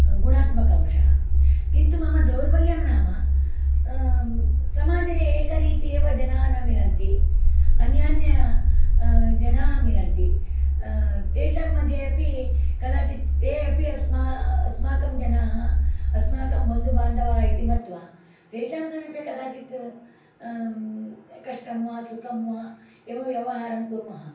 गुणात्मक अंशः किन्तु मम दौर्बल्यं नाम समाजे एकरीति एव जनाः न मिलन्ति अन्यान्यजनाः मिलन्ति तेषां मध्ये अपि कदाचित् ते अपि अस्मा अस्माकं जनाः अस्माकं बन्धुबान्धवाः इति मत्वा तेषां समीपे कदाचित् कष्टं वा सुखं वा एव व्यवहारं कुर्मः